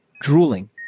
drooling